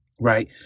Right